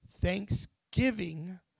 thanksgiving